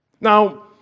Now